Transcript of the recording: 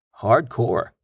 hardcore